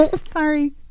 Sorry